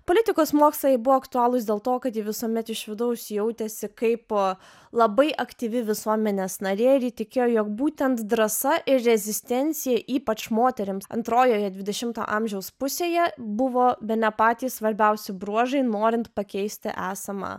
politikos mokslai buvo aktualūs dėl to kad ji visuomet iš vidaus jautėsi kaipo labai aktyvi visuomenės narė ir įtikėjo jog būtent drąsa ir rezistencija ypač moterims antrojoje dvidešimto amžiaus pusėje buvo bene patys svarbiausi bruožai norint pakeisti esamą